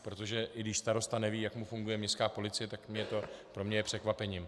Protože když starosta neví, jak mu funguje městská policie, tak to je pro mě překvapením.